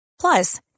Plus